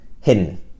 hidden